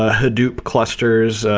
ah hadoop clusters,